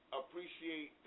appreciate